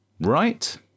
Right